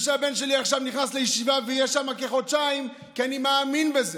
והבן שלי עכשיו נכנס לישיבה ויהיה שם כחודשיים כי אני מאמין בזה,